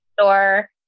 store